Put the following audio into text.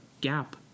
gap